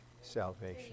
salvation